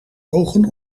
ogen